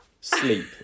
sleep